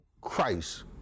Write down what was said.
Christ